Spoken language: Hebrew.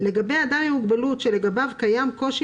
לגבי אדם עם מוגבלות שלגביו קיים קושי